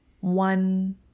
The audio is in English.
one